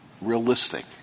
realistic